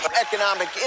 Economic